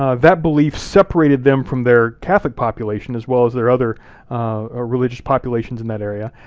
ah that belief separated them from their catholic population, as well as their other ah religious populations in that area.